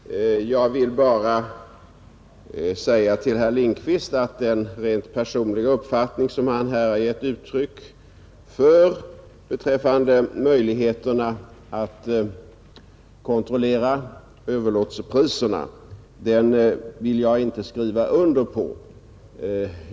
Herr talman! Jag vill bara säga till herr Lindkvist att jag inte vill skriva under på den rent personliga uppfattning som han har gett uttryck för beträffande möjligheterna att kontrollera överlåtelsepriserna.